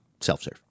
Self-serve